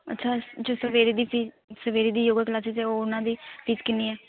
ਅੱਛਾ ਜੋ ਸਵੇਰੇ ਦੀ ਫ਼ੀਸ ਸਵੇਰੇ ਦੀ ਯੋਗਾ ਕਲਾਸਿਜ ਹੈ ਉਹਨਾਂ ਦੀ ਫ਼ੀਸ ਕਿੰਨੀ ਹੈ